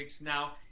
now